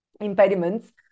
Impediments